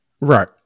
Right